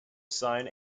sign